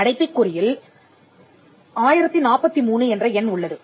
அடைப்புக்குறிக்குள் 1043 என்ற எண் உள்ளது